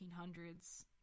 1800s